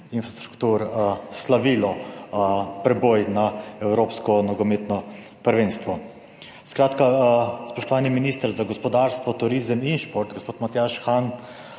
infrastruktur slavil preboj na evropsko nogometno prvenstvo. Skratka, spoštovani minister za gospodarstvo, turizem in šport, gospod Matjaž Han,